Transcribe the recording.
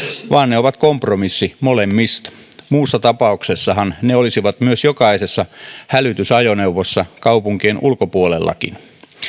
vaan ne ovat kompromissi molemmista muussa tapauksessahan ne olisivat myös jokaisessa hälytysajoneuvossa kaupunkien ulkopuolellakin